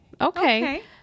Okay